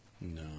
No